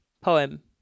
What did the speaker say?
Poem